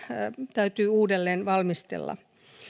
täytyy uudelleen valmistella